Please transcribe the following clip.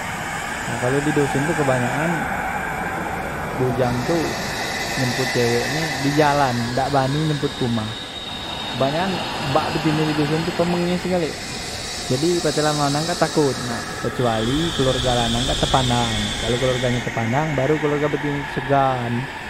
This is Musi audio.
Nah kalo di doson tu kebanyakan bujang tu nyemput ceweknye di jalan dak bani nyemput ke umah, kebanyakan bak betine di doson tu pemenges gale, jadi pacar la lanang kak takot, nah kecuali keluarga lanang kak tepandang kalo keluarganye tepandang baru keluarge betine tu segan.